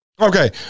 Okay